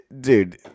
dude